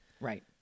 Right